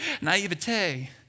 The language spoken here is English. naivete